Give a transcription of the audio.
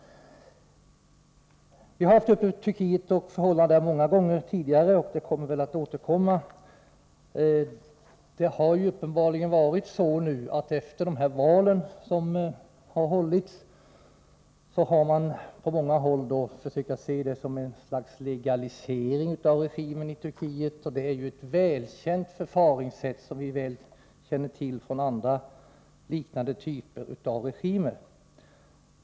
Vi har diskuterat förhållandena i Turkiet många gånger tidigare, och vi kommer väl att återkomma till de frågorna. Efter de val som har hållits har man uppenbarligen på många håll försökt se dem som ett slags legalisering av regimen i Turkiet. Val är ju ett välkänt förfaringssätt för att söka få legalisering, och detta känner vi igen från liknande typer av regimer.